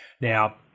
Now